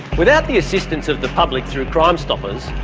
without the assistance of the public through crime stoppers,